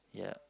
yeah